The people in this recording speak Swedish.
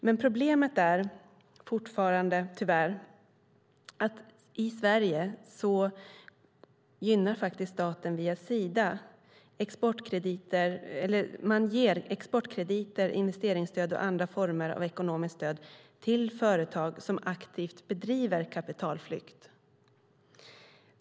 Men problemet är tyvärr fortfarande att i Sverige gynnar staten företag via Sida. Man ger exportkrediter, investeringsstöd eller andra former av ekonomiskt stöd till företag som aktivt bedriver kapitalflykt.